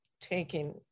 taking